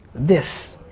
this,